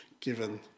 given